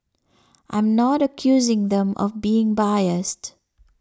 I'm not accusing them of being biased